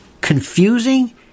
confusing